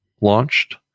launched